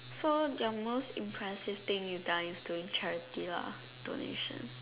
so your most impressive thing you've done is doing charity lah donation